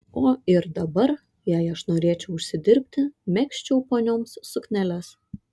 o ir dabar jei aš norėčiau užsidirbti megzčiau ponioms sukneles